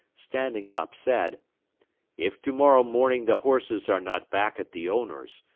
standing up, said if tomorrow morning the horses are not back at the owner's,